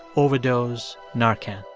overdose, narcan.